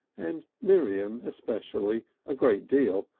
and miriam especially, a great deal,